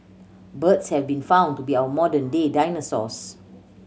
birds have been found to be our modern day dinosaurs